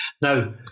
Now